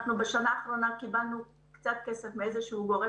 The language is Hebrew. בשנה האחרונה קיבלנו קצת כסף מאיזשהו גורם